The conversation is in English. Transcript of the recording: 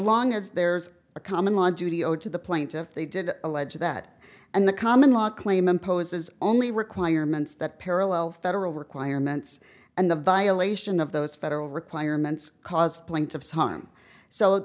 long as there's a common law judio to the plaintiff they did allege that and the common law claim imposes only requirements that parallel federal requirements and the violation of those federal requirements cause point of time so